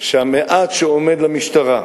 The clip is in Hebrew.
שהמעט שעומד לרשות המשטרה,